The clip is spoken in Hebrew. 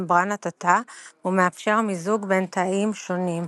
ממברנת התא ומאפשר מיזוג בין תאים שונים.